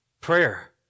prayer